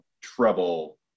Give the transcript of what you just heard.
trouble